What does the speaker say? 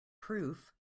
proof